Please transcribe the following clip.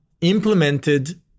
implemented